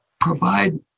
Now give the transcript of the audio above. provide